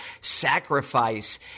sacrifice